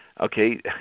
Okay